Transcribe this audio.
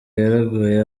yaraguye